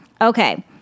Okay